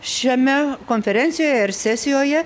šiame konferencijoje ar sesijoje